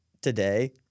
today—